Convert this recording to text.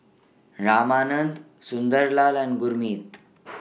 Ramanand Sunderlal and Gurmeet